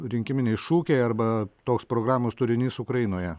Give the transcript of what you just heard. rinkiminiai šūkiai arba toks programos turinys ukrainoje